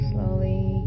slowly